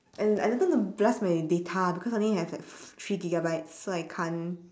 and and I don't want to blast my data because I only have like three gigabytes so I can't